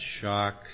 shock